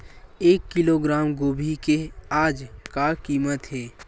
एक किलोग्राम गोभी के आज का कीमत हे?